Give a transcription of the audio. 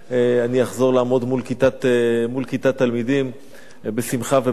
אחזור לעמוד מול כיתת תלמידים בשמחה ובאהבה,